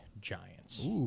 Giants